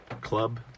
club